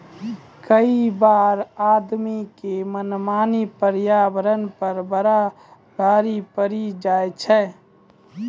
कई बार आदमी के मनमानी पर्यावरण पर बड़ा भारी पड़ी जाय छै